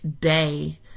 day